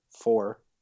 four